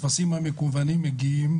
הטפסים המקוונים מגיעים